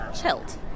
chilled